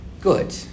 good